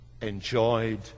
enjoyed